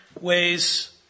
ways